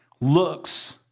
looks